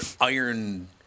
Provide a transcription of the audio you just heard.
iron